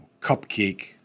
cupcake